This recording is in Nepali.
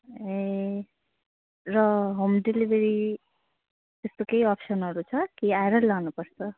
ए र होम डेलिभरी त्यस्तो केही अप्सनहरू छ कि आएर लानु पर्छ